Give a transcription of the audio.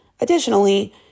Additionally